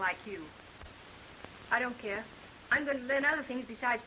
like you i don't care i'm going to learn other things besides